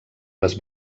les